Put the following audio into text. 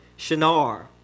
Shinar